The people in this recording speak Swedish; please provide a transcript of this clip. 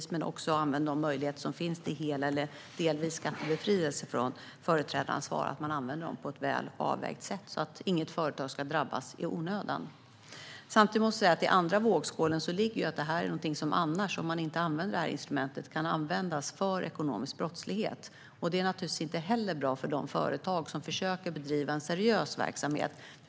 Det handlar också om att använda de möjligheter som finns till hel eller delvis befrielse från företrädaransvar. Det handlar om att man använder dessa instrument på ett väl avvägt sätt, så att inget företag drabbas i onödan. Samtidigt måste vi säga vad som ligger i den andra vågskålen. Det här är någonting som, om man inte använder detta instrument, kan användas för ekonomisk brottslighet. Det är naturligtvis inte heller bra för de företag som försöker bedriva en seriös verksamhet.